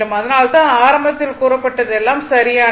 அதனால்தான் ஆரம்பத்தில் கூறப்பட்டது எல்லாம் சரியானது